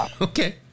Okay